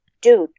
dude